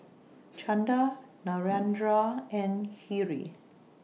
Chanda Narendra and Hri